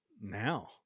now